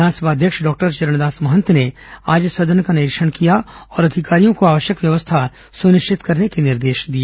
विधानसभा अध्यक्ष डॉक्टर चरणदास महंत ने आज सदन का निरीक्षण किया और अधिकारियों को आवश्यक व्यवस्था सुनिश्चित करने के निर्देश दिए